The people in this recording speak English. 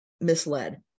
misled